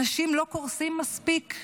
אנשים לא קורסים מספיק?